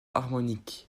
harmonique